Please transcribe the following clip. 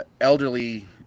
elderly